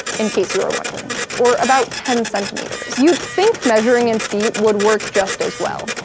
in case you were wondering, or about ten centimeters. you'd think measuring in feet would work just as well,